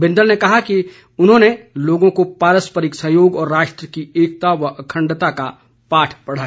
बिन्दल ने कहा कि उन्होंने लोगों को पारस्परिक सहयोग और राष्ट्र की एकता व अखण्डता का पाठ पढाया